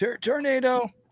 Tornado